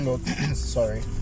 sorry